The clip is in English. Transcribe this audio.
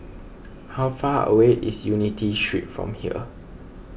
how far away is Unity Street from here